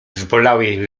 zbolałej